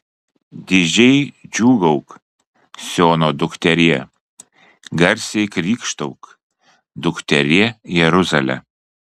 didžiai džiūgauk siono dukterie garsiai krykštauk dukterie jeruzale